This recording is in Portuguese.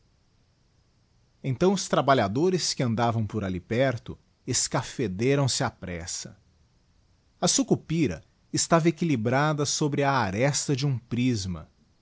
então os trabalhadores que andavam por alli per to escafederam se á pressa digiti zedby google a sucupira estava equilibrada sobre a aresta de um prisma